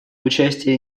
участие